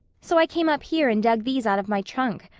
so i came up here and dug these out of my trunk.